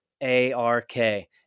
A-R-K